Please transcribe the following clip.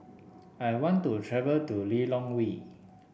I want to travel to Lilongwe